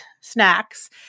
snacks